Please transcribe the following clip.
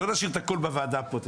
לא נשאיר את הכול בוועדה פה.